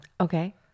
Okay